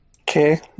Okay